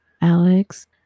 Alex